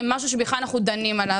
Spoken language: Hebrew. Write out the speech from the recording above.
זה משהו שאנחנו בכלל דנים עליו.